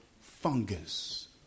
Fungus